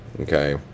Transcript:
Okay